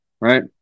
right